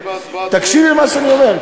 תקשיבי למה שאני אומר,